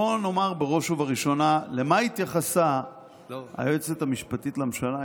בוא נאמר בראש ובראשונה למה התייחסה היועצת המשפטית לממשלה,